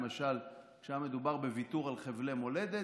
למשל כשהיה מדובר בוויתור על חבלי מולדת,